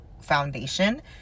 foundation